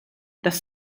dass